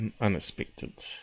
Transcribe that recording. unexpected